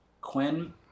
Quinn